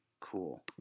cool